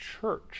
church